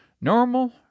normal